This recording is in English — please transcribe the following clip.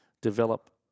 develop